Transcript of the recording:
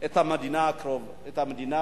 את המדינה בקרוב.